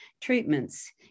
treatments